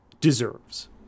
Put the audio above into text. deserves